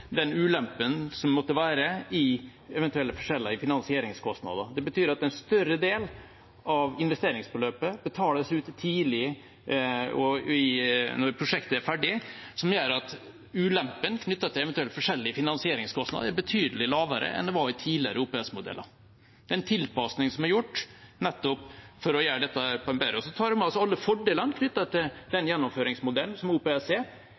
den ulempen som måtte være i eventuelle forskjeller i finansieringskostnader. Det betyr at en større del av investeringsbeløpet betales ut tidlig, når prosjektet er ferdig, som gjør at ulempen knyttet til eventuelle forskjellige finansieringskostnader er betydelig lavere enn det var i tidligere OPS-modeller. Det er en tilpasning som er gjort nettopp for å gjøre dette på en bedre måte. Så tar vi med oss alle fordelene knyttet til